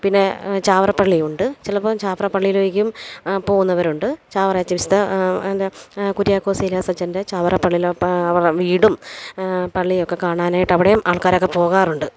പിന്നെ ചാവറ പള്ളിയുണ്ട് ചിലപ്പോള് ചാവറ പള്ളിയിലേക്കും പോവുന്നവരുണ്ട് ചാവറ അച്ചന് വിശുദ്ധ എന്താണ് കുര്യാക്കോസ് ഏലിയാസ് അച്ചന്റെ ചാവറ പള്ളിയിലേക്ക് ഇപ്പോള് അവരുടെ വീടും പള്ളിയൊക്കെ കാണാനായിട്ട് അവിടെയും ആള്ക്കാരൊക്കെ പോകാറുണ്ട്